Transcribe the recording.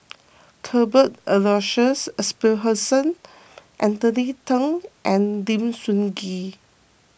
Cuthbert Aloysius Shepherdson Anthony then and Lim Sun Gee